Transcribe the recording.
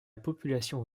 population